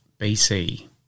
BC